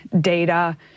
data